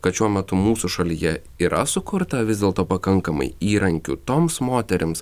kad šiuo metu mūsų šalyje yra sukurta vis dėlto pakankamai įrankių toms moterims